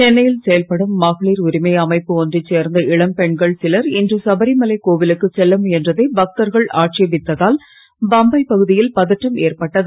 சென்னையில் செயல்படும் மகளிர் உரிமை அமைப்பு ஒன்றை சேர்ந்த இளம்பெண்கள் சிலர் இன்று சபரிமலை கோவிலுக்கு செல்ல முயன்றதை பக்தர்கள் ஆட்சேபித்ததால் பம்பை பகுதியில் பதற்றம் ஏற்பட்டது